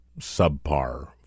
subpar